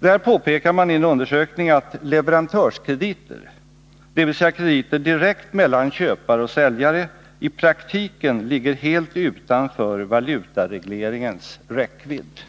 Där påpekas i en undersökning att leverantörskrediter, dvs. krediter direkt från säljare till köpare, i praktiken ligger helt utanför valutaregleringens räckvidd.